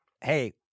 hey